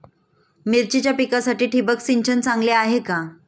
मिरचीच्या पिकासाठी ठिबक सिंचन चांगले आहे का?